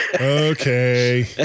Okay